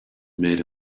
made